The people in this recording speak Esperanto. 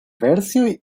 versioj